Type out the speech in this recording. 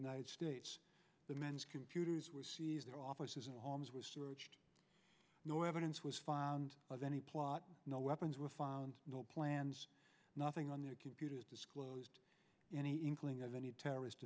united states the man's computers were seized their offices and homes were searched no evidence was found of any plot no weapons were found no plans nothing on their computers disclosed any inkling of any terrorist